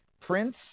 Prince